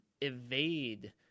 evade